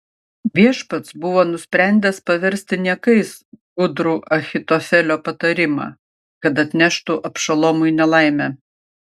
viešpats buvo nusprendęs paversti niekais gudrų ahitofelio patarimą kad atneštų abšalomui nelaimę